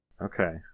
Okay